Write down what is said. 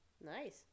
Nice